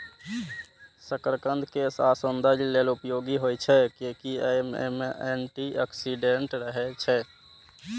शकरकंद केश आ सौंदर्य लेल उपयोगी होइ छै, कियैकि अय मे एंटी ऑक्सीडेंट रहै छै